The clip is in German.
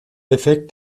effekt